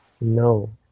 No